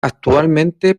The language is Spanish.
actualmente